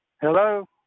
Hello